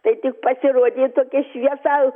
tai tik pasirodė tokia šviesa